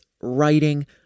writing